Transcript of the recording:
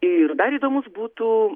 ir dar įdomus būtų